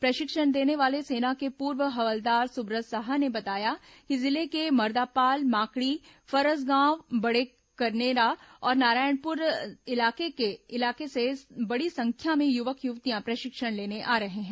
प्रशिक्षण देने वाले सेना के पूर्व हवलदार सुब्रत साहा ने बताया कि जिले के मर्दापाल माकड़ी फरसगांव बड़ेकनेरा और नारायणपुर इलाके से बड़ी संख्या में युवक युवतियां प्रशिक्षण लेने आ रही हैं